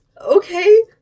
okay